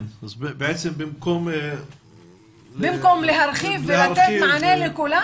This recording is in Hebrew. במקום להרחיב ולתת מענה לכולם,